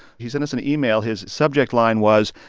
he sent us an email. his subject line was,